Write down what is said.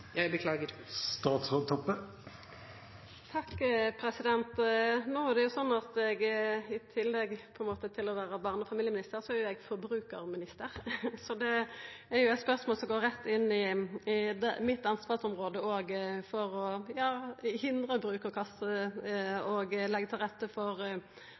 Det er jo slik at i tillegg til å vera barne- og familieminister er eg forbrukarminister, så det er eit spørsmål som går rett inn i mitt ansvarsområde – å hindra bruk og kast og leggja til rette for